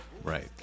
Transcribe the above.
Right